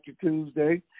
Tuesday